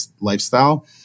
lifestyle